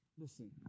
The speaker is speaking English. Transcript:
Listen